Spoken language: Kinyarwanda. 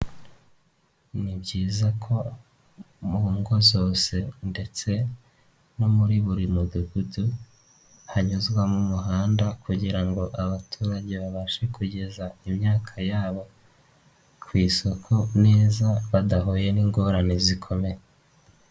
Ni byiza ko mu ngo zose ndetse no muri buri mudugudu, hanyuzwamo umuhanda, kugira ngo abaturage babashe kugeza imyaka yabo ku isoko neza badahuye n'ingorane zikomeye.